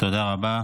תודה רבה.